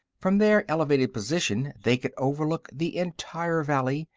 from their elevated position they could overlook the entire valley,